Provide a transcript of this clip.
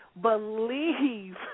Believe